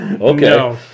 Okay